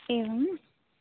एवम्